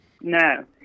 No